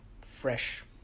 fresh